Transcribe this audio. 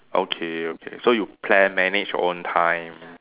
okay okay so you plan manage your own time